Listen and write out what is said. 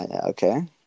okay